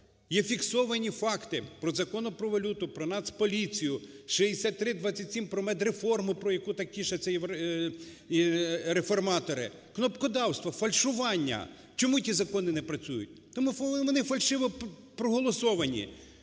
Є фіксовані факти по Закону про валюту, про Нацполіцію, 6327 про медреформу, про яку так тішаться реформатори - кнопкодавство, фальшування. Чому ті закони не працюють? Тому що вони фальшиво проголосовані.